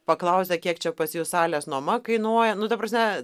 paklausia kiek čia pas jus salės nuoma kainuoja nu ta prasme